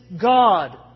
God